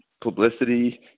publicity